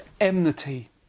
enmity